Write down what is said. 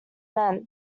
meant